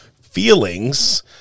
feelings